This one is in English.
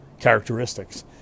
characteristics